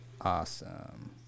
Awesome